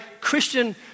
Christian